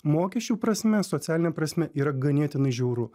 mokesčių prasme socialine prasme yra ganėtinai žiauru